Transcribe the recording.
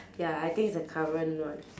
ya I think it's the current one